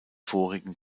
vorigen